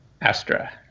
Astra